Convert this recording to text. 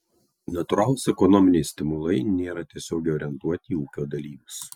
natūralūs ekonominiai stimulai nėra tiesiogiai orientuoti į ūkio dalyvius